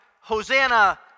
Hosanna